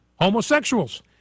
homosexuals